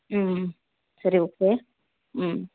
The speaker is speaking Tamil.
ம் சரி ஓகே ம்